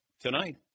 tonight